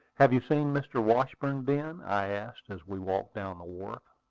have you seen mr. washburn, ben? i asked, as we walked down the wharf.